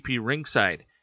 Ringside